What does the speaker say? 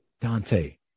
Dante